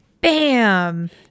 Bam